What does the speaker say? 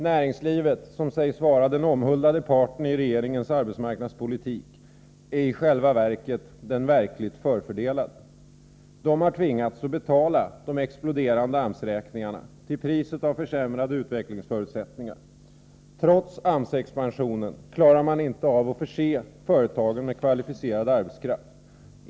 Näringslivet, som sägs vara den omhuldade parten i regeringens arbetsmarknadspolitik, är i själva verket den verkligt förfördelade. Företagen har tvingats att betala de exploderande AMS-räkningarna, till priset av försämrade utvecklingsförutsättningar. Trots AMS-expansionen klarar man inte av att förse företagen med kvalificerad arbetskraft.